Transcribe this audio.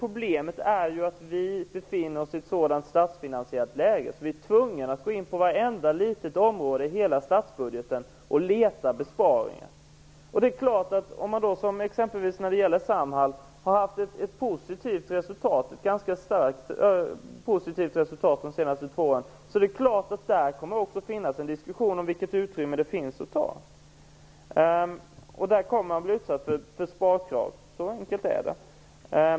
Problemet är att vi befinner oss i ett sådant statsfinansiellt läge att vi är tvungna att gå in på vart enda litet område i hela statsbudgeten och leta besparingar. Om man då som exempelvis när det gäller Samhall har haft ett ganska starkt positivt resultat de senaste två åren är det klart att det också kommer att ske en diskussion om vilket utrymme det finns att ta. Där kommer man att bli utsatt för sparkrav. Så enkelt är det.